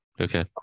Okay